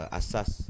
asas